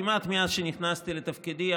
כמעט מאז שנכנסתי לתפקידי,